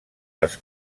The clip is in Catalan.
les